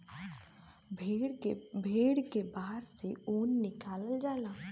भेड़ के बार से ऊन निकालल जाला